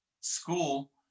school